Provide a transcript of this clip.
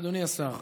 אדוני השר,